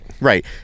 right